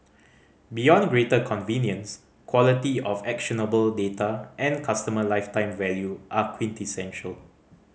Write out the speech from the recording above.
beyond greater convenience quality of actionable data and customer lifetime value are quintessential